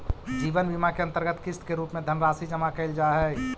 जीवन बीमा के अंतर्गत किस्त के रूप में धनराशि जमा कैल जा हई